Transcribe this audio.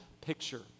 picture